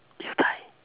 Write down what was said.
you die